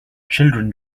children